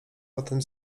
potem